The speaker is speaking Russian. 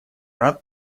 рад